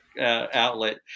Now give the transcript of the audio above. outlet